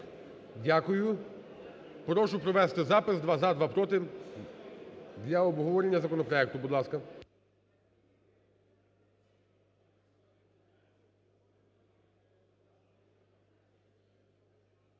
Дякую. Прошу провести запис: два – за, два – проти для обговорення законопроекту.